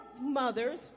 mothers